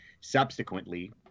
subsequently